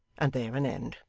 and there an end.